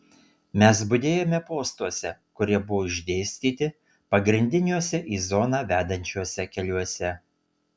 mes budėjome postuose kurie buvo išdėstyti pagrindiniuose į zoną vedančiuose keliuose